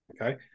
okay